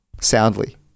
soundly